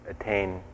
attain